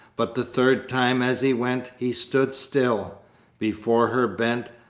but the third time as he went he stood still before her bent.